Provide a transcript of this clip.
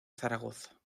zaragoza